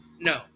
no